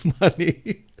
money